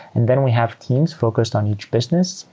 and then we have teams focused on each business.